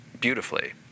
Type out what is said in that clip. beautifully